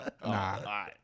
Nah